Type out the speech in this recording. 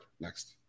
Next